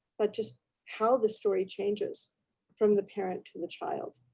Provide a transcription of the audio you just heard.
but just how the story changes from the parent to the child.